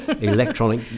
electronic